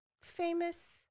famous